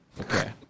Okay